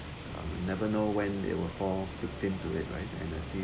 you never know when they will fall victim to it right and I see